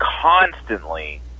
constantly